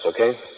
okay